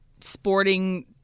sporting